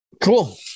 Cool